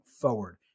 forward